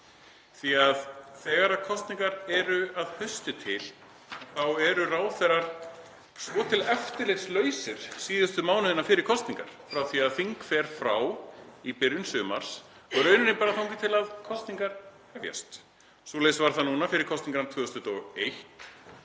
því að þegar kosningar eru að hausti til þá eru ráðherrar svo til eftirlitslausir síðustu mánuðina fyrir kosningar, frá því að þing fer frá í byrjun sumars og í raun bara þangað til kosningar hefjast. Svoleiðis var það núna fyrir kosningarnar 2021